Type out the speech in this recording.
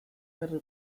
berri